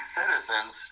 citizens